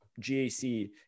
gac